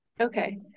Okay